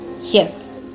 Yes